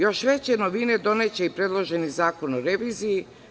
Još veće novine doneće i predloženi zakon o reviziji.